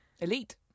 elite